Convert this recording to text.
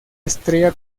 estrella